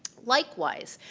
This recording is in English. likewise,